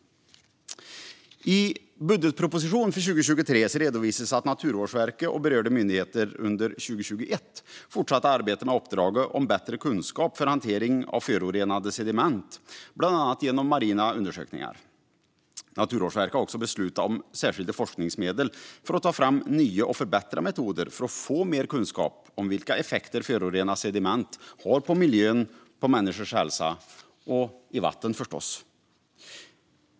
I budgetpropositionen för 2023 redovisas att Naturvårdsverket och berörda myndigheter under 2021 fortsatte arbetet med uppdraget om bättre kunskap för hantering av förorenade sediment, bland annat genom marina undersökningar. Naturvårdsverket har också beslutat om särskilda forskningsmedel för att ta fram nya och förbättrade metoder för att få mer kunskap om vilka effekter förorenade sediment har på miljön, på människors hälsa och förstås på vatten.